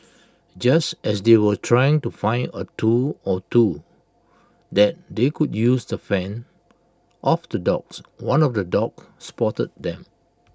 just as they were trying to find A tool or two that they could use to fend off the dogs one of the dogs spotted them